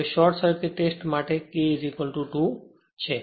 હવે short circuit test માટે અહીં K 2 છે